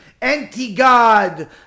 anti-God